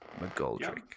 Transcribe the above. McGoldrick